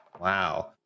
wow